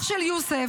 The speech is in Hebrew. אח של יוסף,